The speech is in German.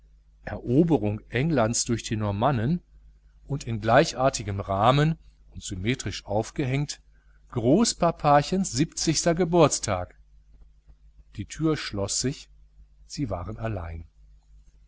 eroberung englands durch die normannen und in gleichartigem rahmen und symmetrisch aufgehängt großpapachens geburtstag die tür schloß sich sie waren allein